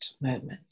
moment